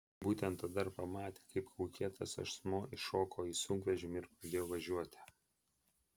būtent tada ir pamatė kaip kaukėtas asmuo įšoko į sunkvežimį ir pradėjo važiuoti